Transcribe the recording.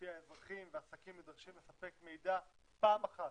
שלפיה האזרחים והעסקים נדרשים לספק מידע פעם אחת